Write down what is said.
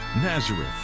Nazareth